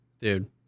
Dude